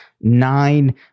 nine